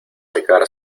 pecar